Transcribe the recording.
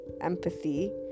empathy